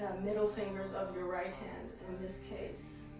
middle fingers of your right hand in this case.